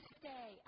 stay